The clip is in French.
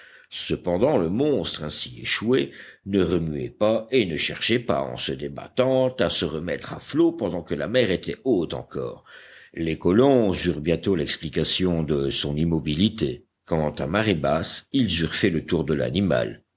cependant le monstre ainsi échoué ne remuait pas et ne cherchait pas en se débattant à se remettre à flot pendant que la mer était haute encore les colons eurent bientôt l'explication de son immobilité quand à marée basse ils eurent fait le tour de l'animal